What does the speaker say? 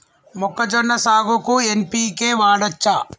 మొక్కజొన్న సాగుకు ఎన్.పి.కే వాడచ్చా?